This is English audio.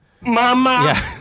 Mama